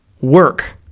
work